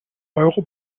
euro